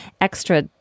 extra